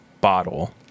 bottle